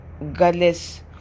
regardless